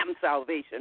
salvation